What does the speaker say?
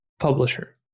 publisher